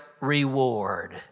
reward